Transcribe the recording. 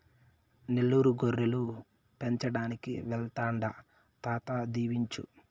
నెల్లూరు గొర్రెలు పెంచడానికి వెళ్తాండా తాత దీవించు